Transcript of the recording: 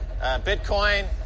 Bitcoin